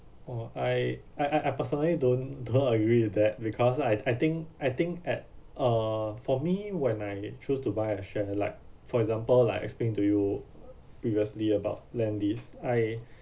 oh I I I I personally don't don't agree with that because I I think I think at uh for me when I choose to buy a share like for example like explain to you previously about lendlease I